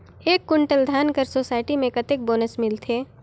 एक कुंटल धान कर सोसायटी मे कतेक बोनस मिलथे?